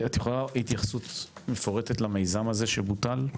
את יכולה לתת התייחסות מפורטת למיזם הזה שבוטל?